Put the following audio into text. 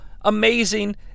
amazing